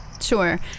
sure